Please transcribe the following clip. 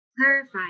clarify